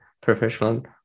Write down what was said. professional